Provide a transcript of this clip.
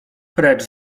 precz